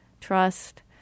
trust